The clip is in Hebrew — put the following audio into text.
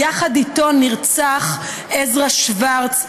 ואיתו נרצח עזרא שוורץ,